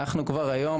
אנחנו כבר היום,